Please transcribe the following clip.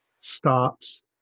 stops